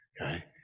Okay